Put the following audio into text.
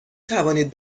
توانید